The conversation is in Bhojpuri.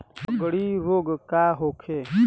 लगंड़ी रोग का होखे?